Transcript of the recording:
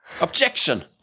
Objection